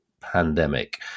pandemic